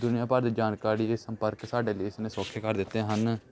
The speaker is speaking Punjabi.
ਦੁਨੀਆਂ ਭਰ ਦੀ ਜਾਣਕਾਰੀ ਇਸ ਸੰਪਰਕ ਸਾਡੇ ਦੇਸ਼ ਨੇ ਸੌਖੇ ਕਰ ਦਿੱਤੇ ਹਨ